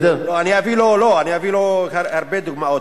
לא, אני אביא לו הרבה דוגמאות.